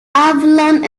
avalon